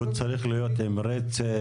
הוא צריך להיות עם רצף?